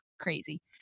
crazy